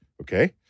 Okay